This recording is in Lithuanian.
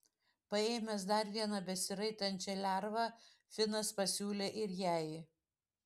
paėmęs dar vieną besiraitančią lervą finas pasiūlė ir jai